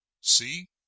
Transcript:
See